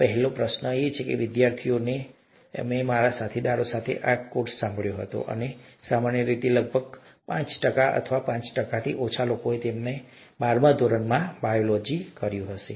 આ પહેલો પ્રશ્ન છે જે મેં વિદ્યાર્થીઓને પૂછ્યો હતો જ્યારે પણ મેં મારા સાથીદારો સાથે આ કોર્સ સંભાળ્યો હતો અને સામાન્ય રીતે લગભગ પાંચ ટકા અથવા પાંચ ટકાથી ઓછા લોકોએ તેમના બારમા ધોરણમાં બાયોલોજી કર્યું હશે